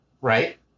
right